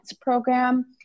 program